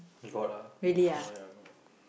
got ah one small ya got